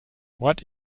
what